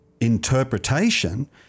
interpretation